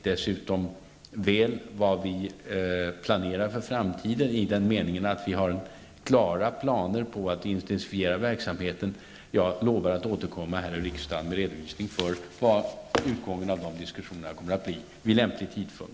Dessutom vet vi väl vad vi planerar för framtiden. Vi har klara planer på att intensifiera verksamheten. Jag lovar att vid lämplig tidpunkt återkomma till riksdagen med en redovisning om vad det blir för resultat av diskussionerna.